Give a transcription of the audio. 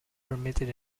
permitted